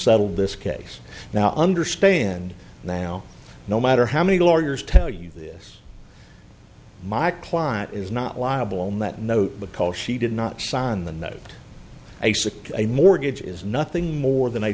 settled this case now i understand now no matter how many lawyers tell you this my client is not liable on that note because she did not sign the note basic a mortgage is nothing more than